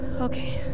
Okay